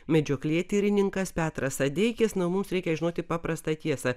medžioklėtyrininkas petras adeikis na mums reikia žinoti paprastą tiesą